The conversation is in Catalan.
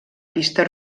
pista